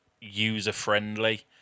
user-friendly